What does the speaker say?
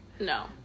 No